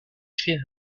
crée